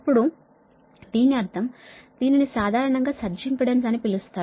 అప్పుడు దీని అర్థం దీనిని సాధారణంగా సర్జ్ ఇంపెడెన్స్ అని పిలుస్తారు